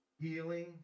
healing